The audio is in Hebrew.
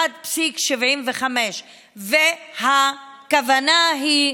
1.75. והכוונה היא: